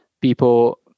people